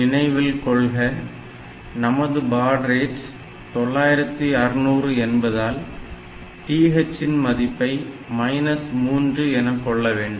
நினைவில் கொள்க நமது பாட் ரேட் 9600 என்பதனால் TH இன் மதிப்பை மைனஸ் 3 எனக் கொள்ள வேண்டும்